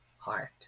heart